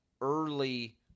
early